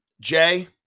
Jay